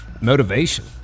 motivation